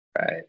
right